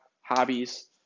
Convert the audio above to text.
hobbies